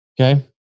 Okay